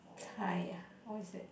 kind ya what's that